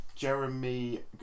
Jeremy